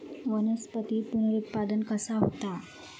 वनस्पतीत पुनरुत्पादन कसा होता?